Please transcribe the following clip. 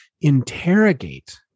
interrogate